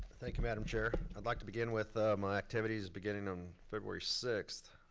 thank you, madame chair. i'd like to begin with my activities beginning um february sixth.